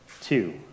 two